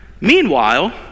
Meanwhile